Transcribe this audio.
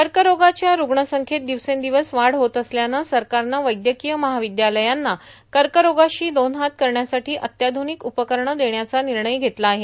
कर्करोगाच्या रूग्णसंख्येत दिवसेंदिवस वाढ होत असल्यानं सरकारनं वैद्यकीय महाविद्यालयांना कर्करोगाशी दोन हात करण्यासाठी अत्याध्रनिक उपकरणं देण्याचा निर्णय घेतला आहे